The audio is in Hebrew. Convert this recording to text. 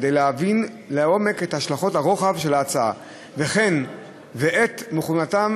כדי להבין לעומק את השלכות הרוחב של ההצעה וכן ואת מוכנותם